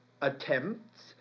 attempts